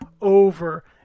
over